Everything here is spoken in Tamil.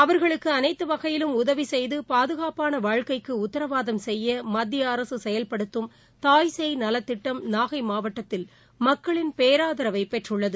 அவர்களுக்குஅனைத்துவகையிலும் உதவிசெய்துபாதுகாப்பானவாழ்க்கைக்குஉத்தரவாதம் செய்யமத்தியஅரசுசெயல்படுத்தும் சேய் நலத்திட்டம் நாகைமாவட்டத்தில் மக்களின் பேராதரவைபெற்றுள்ளது